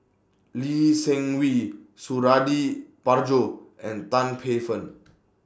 Lee Seng Wee Suradi Parjo and Tan Paey Fern